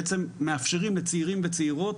בעצם מאפשרים לצעירים וצעירות.